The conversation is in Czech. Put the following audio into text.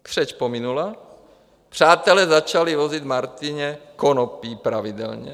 Křeč pominula, přátelé začali vozit Martině konopí pravidelně.